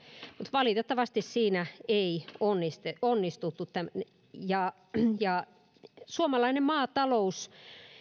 valitettavasti siinä ei onnistuttu suomalainen maatalous